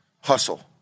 Hustle